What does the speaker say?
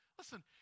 Listen